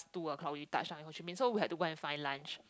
two O-clock we touch in Ho-Chi-Minh so we had to go and find lunch